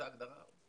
זו ההגדרה,